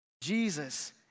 Jesus